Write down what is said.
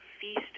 feast